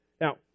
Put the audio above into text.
Now